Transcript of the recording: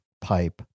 pipe